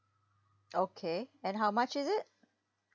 okay and how much is it